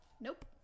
nope